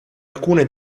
alcune